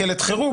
קלט חירום,